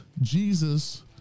Jesus